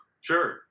sure